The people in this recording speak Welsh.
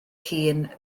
hun